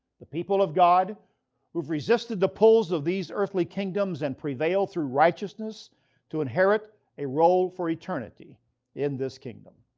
the people of god who have resisted the pulls of these earthly kingdoms and prevail through righteousness to inherit a role for eternity in this kingdom.